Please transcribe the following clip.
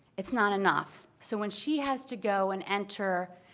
it's not enough. so when she has to go and enter,